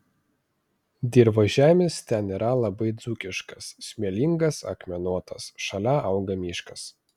dirvožemis ten yra labai dzūkiškas smėlingas akmenuotas šalia auga miškas